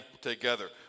together